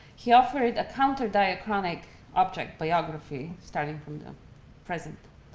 he offered a counter diachronic object biography, starting from the present,